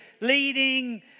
leading